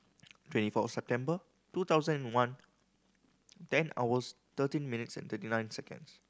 twenty four September two thousand and one ten hours thirteen minutes and thirty nine seconds